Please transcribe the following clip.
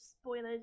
spoilers